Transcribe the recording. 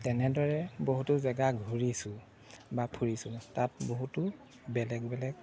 তেনেদৰে বহুতো জেগা ঘূৰিছোঁ বা ফুৰিছোঁ তাত বহুতো বেলেগ বেলেগ